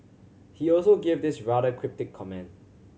he also gave this rather cryptic comment